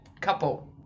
couple